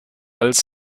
als